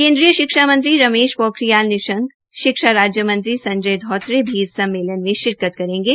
केन्द्रीय शिक्षा मंत्री रमेश पोखिरयाल निशंक शिक्षज्ञा राज्यमंत्री संजय धोत्रे भी इस सम्मेलन में शिरकत करेगे